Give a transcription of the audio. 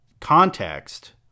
context